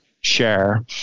share